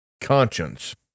conscience